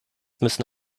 müssen